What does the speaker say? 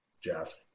Jeff